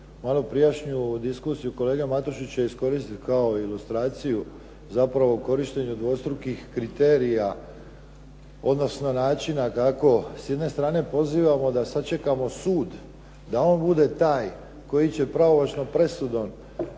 malo prijašnju diskusiju kolege Matušića iskoristiti kao ilustraciju zapravo u korištenju dvostrukih kriterija, odnosno načina kako s jedne strane pozivamo da sačekamo sud da on bude taj koji će pravomoćnom presudom